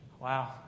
Wow